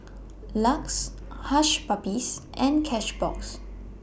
LUX Hush Puppies and Cashbox